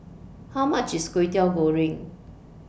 How much IS Kway Teow Goreng